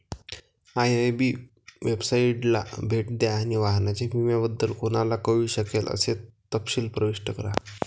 IIB वेबसाइटला भेट द्या आणि वाहनाच्या विम्याबद्दल कोणाला कळू शकेल असे तपशील प्रविष्ट करा